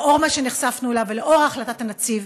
לאור מה שנחשפנו אליו ולאור החלטת הנציב,